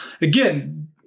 again